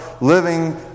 living